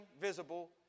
visible